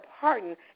pardon